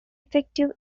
effective